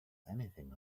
anything